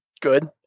good